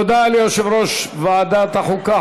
תודה ליושב-ראש ועדת החוקה,